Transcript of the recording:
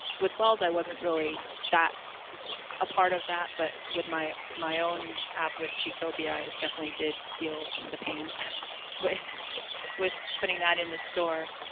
with wells, i wasn't really that a part of that. but with my my own app with chictopia, it definitely did feel some of the pains with with putting that in the store